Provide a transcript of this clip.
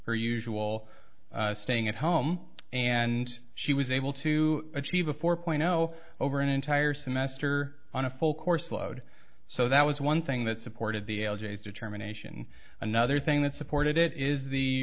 her usual staying at home and she was able to achieve a four point zero over an entire semester on a full course load so that was one thing that supported the l j determination another thing that supported it is the